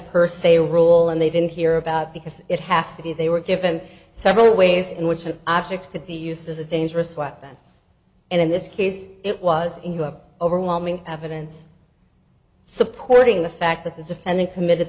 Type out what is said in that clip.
per se rule and they didn't hear about because it has to be they were given several ways in which an object could be used as a dangerous weapon and in this case it was you have overwhelming evidence supporting the fact that the defendant committed